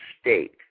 state